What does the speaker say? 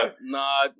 No